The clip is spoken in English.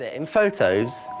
ah in photos,